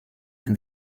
when